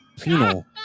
Penal